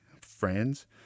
friends